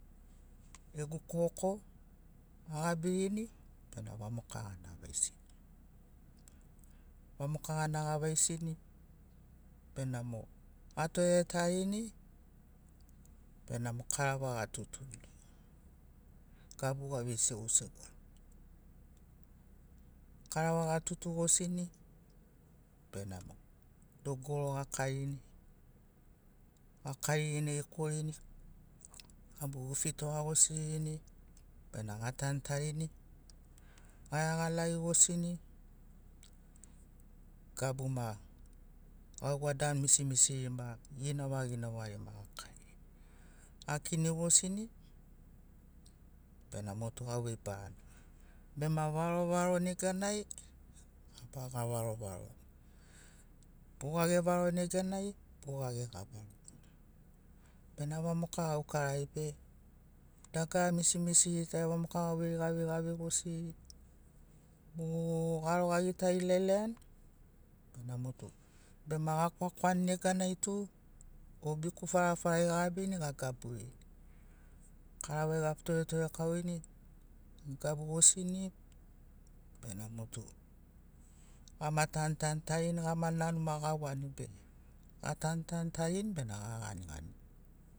Gegu koko agabirini bena vamoka gana gavaisini. Vamoka gana gavaisini benamo gatoretarini benamo karava gatutuni gabu gavei segusegu ani. Karava gatutu gosini benamo dogoro gakarini. Gakaririni ekorini, ga bubufitoga gosirini bena gatanutarini, ga iagalagi gosini, gabu ma gauga danu misimisiri ma ginova ginovari ma gakarini. Ga kini gosini bena motu gauvei barana. Bema varo varo neganai, ga varo varoni, bugage varo neganai, bugage ga varoni. Bena vamoka gaukarari be dagara misi misiri tari vamoka gauveiri gaivei gavei gosirini mu garo ga gita ilaila iani bena motu bema ga kwakwani neganai tu mo biku fara farari ga gabini ga gaburini. Karavai ga toretore kaurini ga gabu gosini bena motu gama tanutanu tarini gama nanu maki ga wani be ga tanu tanu tarini bena ga gani ganini.